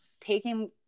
taking